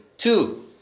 Two